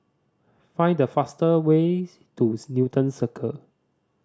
find the fast way to Newton Circus